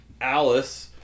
Alice